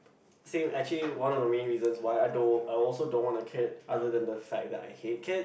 same actually one of the main reasons why I don't I also don't want to have a kid other than the fact that I hate kid